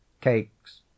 cakes